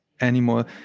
anymore